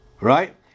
Right